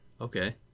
Okay